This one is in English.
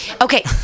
okay